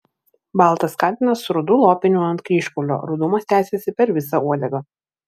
baltas katinas su rudu lopiniu ant kryžkaulio rudumas tęsėsi per visą uodegą